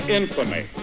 infamy